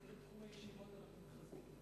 רק בתחום הישיבות אנחנו מתחזקים.